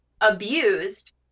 abused